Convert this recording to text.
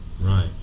right